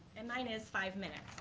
and nine is five minutes